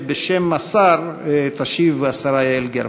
בשם השר תשיב השרה יעל גרמן.